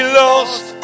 lost